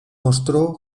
mostró